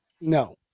No